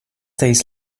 days